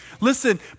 Listen